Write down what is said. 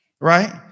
Right